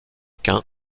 quint